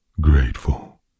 grateful